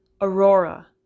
Aurora